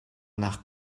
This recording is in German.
nach